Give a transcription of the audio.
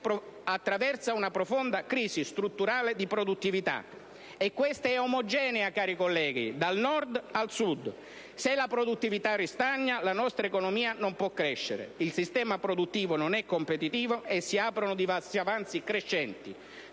Paese attraversa una profonda crisi strutturale di produttività, e questa è omogenea, cari colleghi, dal Nord al Sud. Se la produttività ristagna, la nostra economia non può crescere, il sistema produttivo non è competitivo, si aprono dei disavanzi crescenti